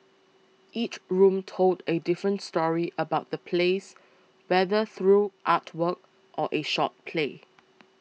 each room told a different story about the place whether through artwork or a short play